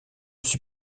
suis